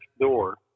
door